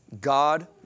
God